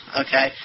okay